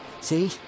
See